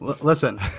Listen